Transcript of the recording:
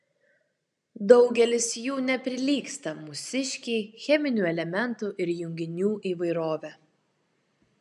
daugelis jų neprilygsta mūsiškei cheminių elementų ir junginių įvairove